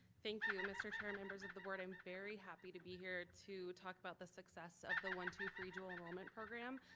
thank you, mr. chair, members of the board, i'm very happy to be here to talk about the success of the one-two-free dual enrollment program.